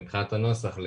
מבחינת הנוסח.